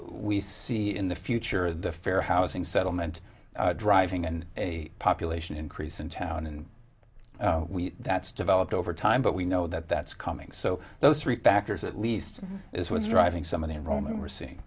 we see in the future the fair housing settlement driving and a population increase in town and that's developed over time but we know that that's coming so those three factors at least is what's driving some of the enrollment we're seeing